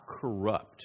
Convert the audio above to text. corrupt